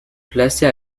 placée